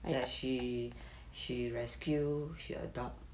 and she she rescue she adopt